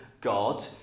God